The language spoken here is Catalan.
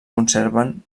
conserven